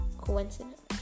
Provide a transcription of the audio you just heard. coincidence